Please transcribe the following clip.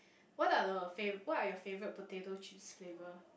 what are the fav~ what are your favourite potato chips flavour